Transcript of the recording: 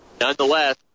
Nonetheless